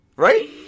Right